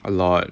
a lot